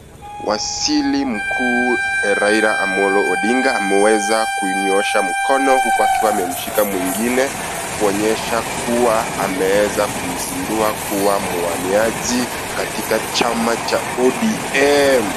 Wazili mkuu Raila Amollo Odinga ameweza kuunyoosha mkono huku akiwa amemshika mwingine, kuonyesha kua ameweza kumzindua kuwa mwaniaji katika chama cha ODM.